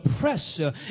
pressure